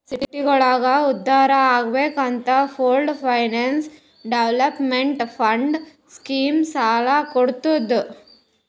ಸಿಟಿಗೋಳ ಉದ್ಧಾರ್ ಆಗ್ಬೇಕ್ ಅಂತ pooled finance development fund scheme ಸಾಲ ಕೊಡ್ತುದ್